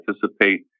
participate